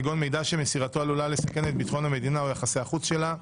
כגון מידע שמסירתו עלולה לסכן את ביטחון המדינה או יחסי החוץ שלה,